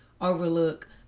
overlook